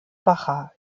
baja